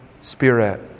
spirit